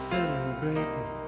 Celebrating